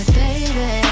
baby